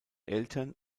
eltern